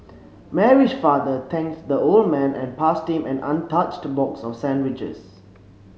Mary's father thanked the old man and passed him an untouched box of sandwiches